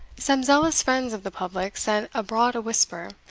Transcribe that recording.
some zealous friends of the public sent abroad a whisper,